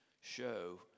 show